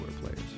players